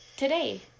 today